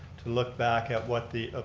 to look back at what the.